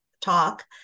talk